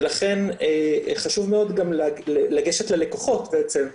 ולכן חשוב מאוד גם לגשת ללקוחות בעצם,